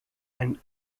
and